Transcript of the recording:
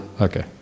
Okay